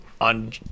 on